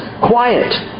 quiet